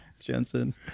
jensen